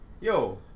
Yo